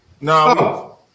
No